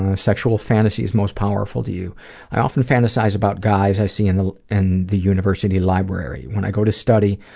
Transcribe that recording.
ah sexual fantasies most powerful to you i often fantasize about guys i see in the and the university library. when i go to study,